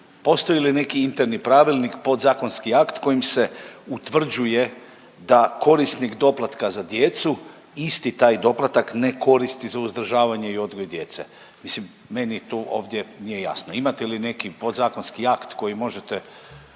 postoji li neki interni pravilnik, podzakonski akt kojim se utvrđuje da korisnik doplatka za djecu isti taj doplatak ne koristi za uzdržavanje i odgoj djece? Mislim meni tu ovdje nije jasno. Imate li neki podzakonski akt kojim možete